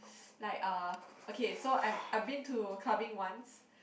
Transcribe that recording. like uh okay so I I been to clubbing once